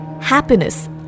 happiness